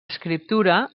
escriptura